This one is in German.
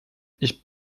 ich